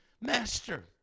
master